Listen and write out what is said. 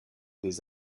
des